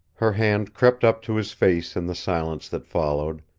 her hand crept up to his face in the silence that followed,